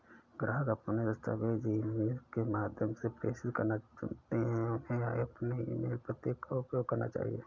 ग्राहक अपने दस्तावेज़ ईमेल के माध्यम से प्रेषित करना चुनते है, उन्हें अपने ईमेल पते का उपयोग करना चाहिए